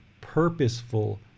purposeful